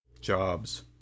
jobs